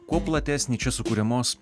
kuo platesnį čia sukuriamos